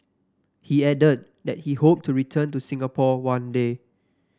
he added that he hoped to return to Singapore one day